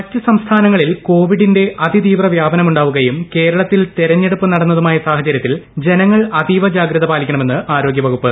മറ്റ് സംസ്ഥാനങ്ങളിൽ കോവിഡിന്റെ അതിതീവ്ര വ്യാപനമുണ്ടാവുകയും കേരളത്തിൽ തെരഞ്ഞെടുപ്പ് നടന്നതുമായ സാഹചരൃത്തിൽ ജനങ്ങൾ അതീവ ജാഗ്രത പാലിക്കണമെന്ന് ആരോഗ്യ വകുപ്പ്